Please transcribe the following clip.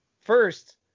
first –